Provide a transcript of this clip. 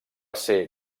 ser